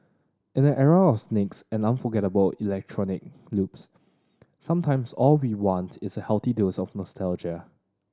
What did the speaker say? in an era of snakes and unforgettable electronic loops sometimes all we want is a healthy dose of nostalgia